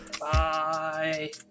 bye